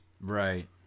Right